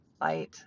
light